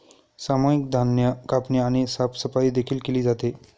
सामूहिक धान्य कापणी आणि साफसफाई देखील केली जाते